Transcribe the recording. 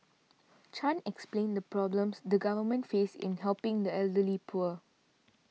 Chan explained the problems the government face in helping the elderly poor